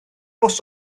bws